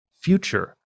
future